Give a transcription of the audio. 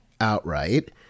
outright